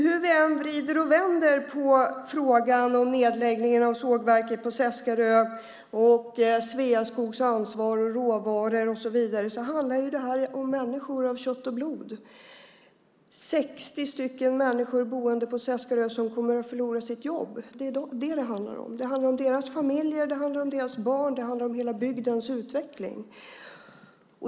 Hur vi än vrider och vänder på frågan om nedläggningen av sågverket på Seskarö, Sveaskogs ansvar, råvaror och så vidare handlar det om människor av kött och blod, 60 människor boende på Seskarö som kommer att förlora sina jobb. Det är det som det handlar om. Det handlar om deras familjer och deras barn och om hela bygdens utveckling.